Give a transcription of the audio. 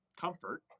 comfort